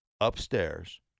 upstairs